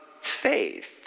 faith